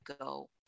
go